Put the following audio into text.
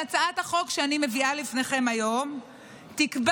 הצעת החוק שאני מביאה בפניכם היום תקבע